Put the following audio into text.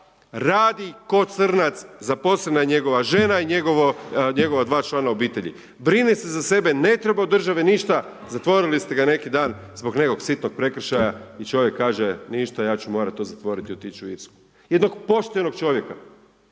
radi ko crnac, zaposlena je njegova žena i njegova dva člana obitelji. brine se za sebe, ne treba od države ništa, zatvorili ste ga neki dan zbog nekog sitnog prekršaja i čovjek kaže, ništa, ja ću morat to zatvoriti i otići u Irsku i to poštenog čovjeka.